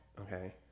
Okay